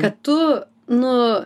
kad tu nu